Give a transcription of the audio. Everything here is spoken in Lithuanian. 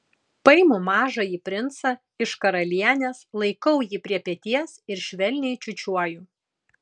paimu mažąjį princą iš karalienės laikau jį prie peties ir švelniai čiūčiuoju